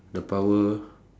the power